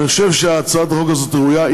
אני חושב שהצעת החוק הזאת ראויה.